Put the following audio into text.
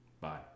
Bye